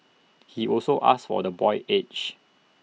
he also asked for the boy's age